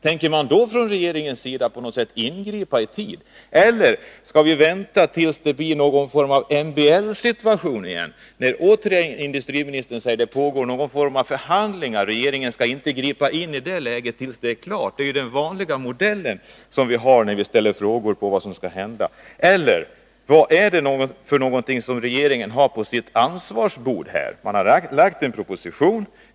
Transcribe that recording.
Tänker regeringen på något sätt ingripa i tid eller skall vi vänta tills det blir någon typ av MBL-situation, där industriministern återigen kan säga att det pågår någon typ av förhandlingar, att regeringen inte skall gripa in i det läget utan avvakta till dess det hela är klart? Det är den vanliga modellen när vi ställer frågor om vad som skall hända. Vad är det som regeringen har på sitt bord och nu har ansvar för? Regeringen har lagt fram en proposition.